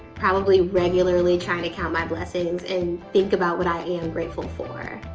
probably regularly trying to count my blessings and think about what i am grateful for.